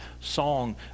song